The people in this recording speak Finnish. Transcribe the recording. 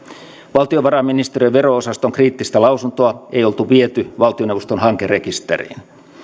valtiovarainministeriön vero osaston kriittistä lausuntoa ei oltu viety valtioneuvoston hankerekisteriin